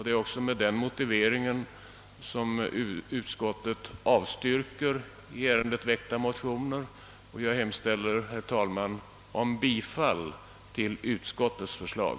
Det är också med den moti-: veringen som utskottet avstyrker i ärendet väckta motioner. Jag hemställer, herr talman, om bifall till utskottets förslag.